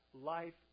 life